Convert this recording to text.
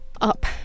Up